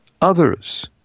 others